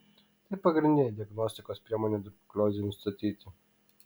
tai pagrindinė diagnostikos priemonė tuberkuliozei nustatyti